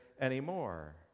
anymore